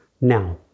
Now